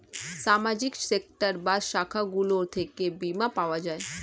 সামাজিক সেক্টর বা শাখাগুলো থেকে বীমা পাওয়া যায়